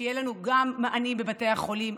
שיהיו לנו גם מענים בבתי החולים,